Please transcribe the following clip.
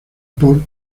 por